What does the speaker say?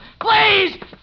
Please